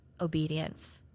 obedience